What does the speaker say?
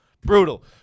Brutal